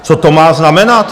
Co to má znamenat?